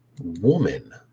woman